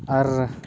ᱟᱨ